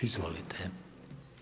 Izvolite.